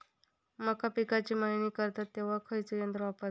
मका पिकाची मळणी करतत तेव्हा खैयचो यंत्र वापरतत?